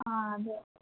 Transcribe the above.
ആ അതെ